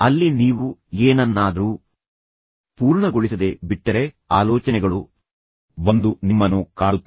ಅಲ್ಲಿ ನೀವು ಏನನ್ನಾದರೂ ಪೂರ್ಣಗೊಳಿಸದೆ ಬಿಟ್ಟರೆ ಆಲೋಚನೆಗಳು ಬಂದು ನಿಮ್ಮನ್ನು ಕಾಡುತ್ತವೆ